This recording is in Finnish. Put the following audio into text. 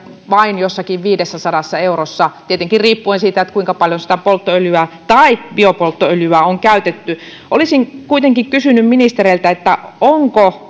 vain siinä jossakin noin viidessäsadassa eurossa tietenkin riippuen siitä kuinka paljon sitä polttoöljyä tai biopolttoöljyä on käytetty olisin kuitenkin kysynyt ministereiltä onko